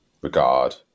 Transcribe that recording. regard